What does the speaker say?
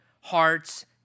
hearts